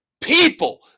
people